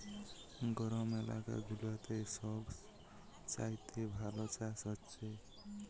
গরম এলাকা গুলাতে সব চাইতে ভালো চাষ হচ্ছে